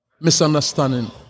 misunderstanding